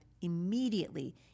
immediately